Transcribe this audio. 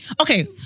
Okay